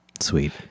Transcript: Sweet